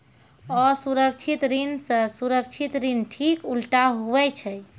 असुरक्षित ऋण से सुरक्षित ऋण ठीक उल्टा हुवै छै